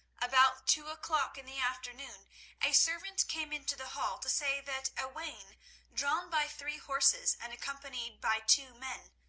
about two o'clock in the afternoon a servant came into the hall to say that a wain drawn by three horses and accompanied by two men,